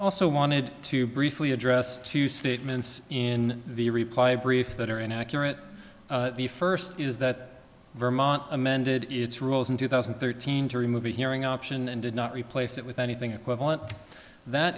also wanted to briefly address two statements in the reply brief that are inaccurate the first is that vermont amended its rules in two thousand and thirteen to remove a hearing option and did not replace it with anything equivalent that